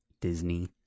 Disney